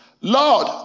Lord